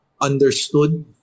understood